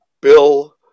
Bill